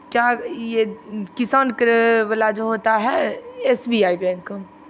क्या ये किसान क्रे वाला जो होता है एस बी आई बैंक